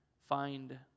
find